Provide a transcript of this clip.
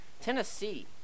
Tennessee